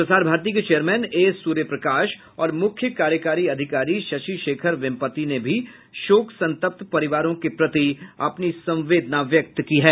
प्रसार भारती के chairman A Suryaprakash और मुख्य कार्यकारी अधिकारी शशि शेखर वेपत्ति ने भी शोक संतप्त परिवारों के प्रति अपनी संवेदना व्यक्त की है